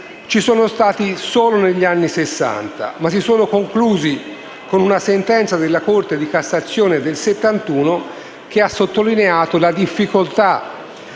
ci sono stati solo negli anni Sessanta ma si sono conclusi con una sentenza della Corte di cassazione del 1971 che ha sottolineato la difficoltà